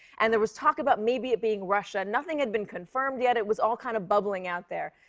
and there was talk about maybe it being russia. nothing had been confirmed yet. it was all kind of bubbling out there.